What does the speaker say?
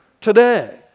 today